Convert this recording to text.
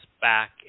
back